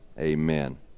Amen